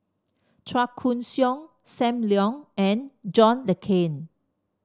Chua Koon Siong Sam Leong and John Le Cain